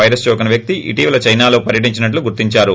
virus సోకిన వ్యక్తీ ఇటివల చైనాలో పర్వటించినట్లు గుర్తించారు